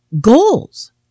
goals